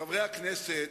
חברי הכנסת,